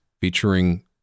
featuring